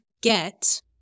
get